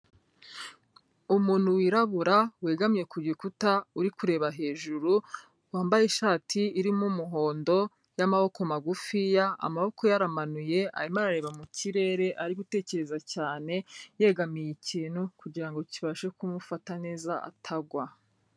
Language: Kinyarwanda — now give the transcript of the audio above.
Umuntu wirabura wegamye ku gikuta uri kureba hejuru, wambaye ishati irimo umuhondo n'amaboko magufiya, amaboko yo aramanuye, arimo arareba mu kirere ari gutekereza cyane, yegamiye ikintu, kugira ngo kibashe kumufata neza atagwa.